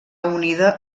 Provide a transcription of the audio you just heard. unida